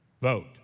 Vote